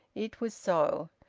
it was so.